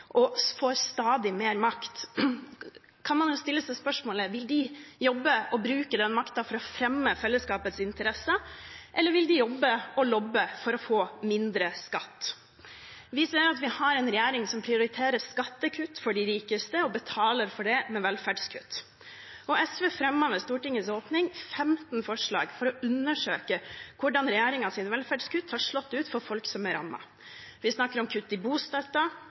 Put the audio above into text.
og får stadig mer makt, kan man stille seg spørsmålet om de vil jobbe og bruke den makten for å fremme fellesskapets interesser, eller om de vil jobbe og lobbe for å få mindre skatt. Vi ser at vi har en regjering som prioriterer skattekutt for de rikeste og betaler for det med velferdskutt. SV fremmet ved Stortingets åpning 15 forslag for å undersøke hvordan regjeringens velferdskutt har slått ut for folk som er rammet. Vi snakker om kutt i